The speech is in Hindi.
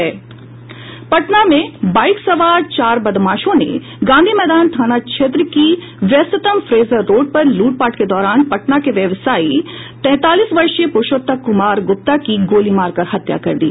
पटना में बाइक सवार चार बदमाशों ने गांधी मैदान थाना क्षेत्र की व्यस्ततम फ्रेजर रोड पर लूटपाट के दौरान पटना के व्यवसायी तैंतालीस वर्षीय पुरूषोत्तम कुमार गुप्ता की गोली मारकर हत्या कर दी